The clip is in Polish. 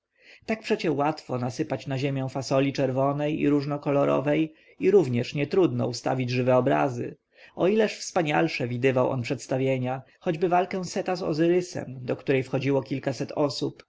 tak przecie łatwo nasypać na ziemię fasoli czerwonej i różnokolorowej i również nietrudno ustawić żywe obrazy o ileż wspanialsze widywał on przedstawienia choćby walkę seta z ozyrysem do której wchodziło kilkaset osób